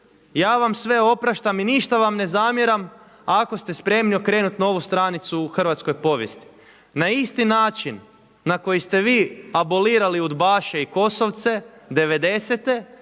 ja vam sve opraštam i ništa vam ne zamjeram ako ste spremni okrenuti novu stranicu u hrvatskoj povijesti. Na isti način na koji ste vi abolirali udbaše i kosovce